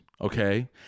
okay